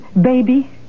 baby